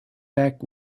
back